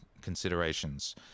considerations